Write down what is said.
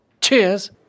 Cheers